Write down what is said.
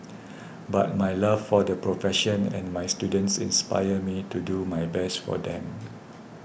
but my love for the profession and my students inspires me to do my best for them